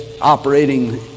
operating